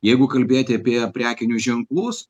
jeigu kalbėti apie prekinius ženklus